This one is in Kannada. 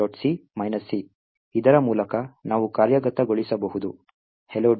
c c ಇದರ ಮೂಲಕ ನಾವು ಕಾರ್ಯಗತಗೊಳಿಸಬಹುದು hello